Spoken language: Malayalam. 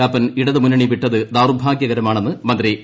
കാപ്പൻ ഇടതു മുന്നണി വിട്ടത് ദൌർഭാഗൃകരമാണെന്ന് മന്ത്രി എ